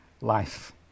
life